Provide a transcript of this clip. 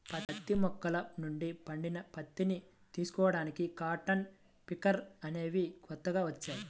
పత్తి మొక్కల నుండి పండిన పత్తిని తీసుకోడానికి కాటన్ పికర్ అనేవి కొత్తగా వచ్చాయి